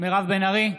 מירב בן ארי,